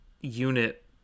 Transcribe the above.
unit